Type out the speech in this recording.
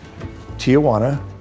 Tijuana